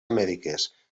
amèriques